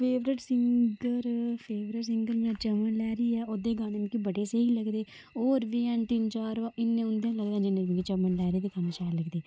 favourite singer favourite singer मेरा चमन लैहरी ऐ ओहदे गाने मिकी बड़े स्हेई लगदे ओह् होर बी हैन तिन्न चार वा इन्ने उंदे नी लगदे जिन्ने मिगी चमन लैहरी दे गाने शैल लगदे